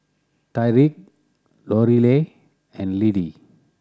Tyriq Lorelai and Lidie